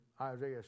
Isaiah